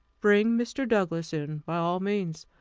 bring mr. douglass in, by all means.